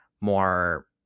more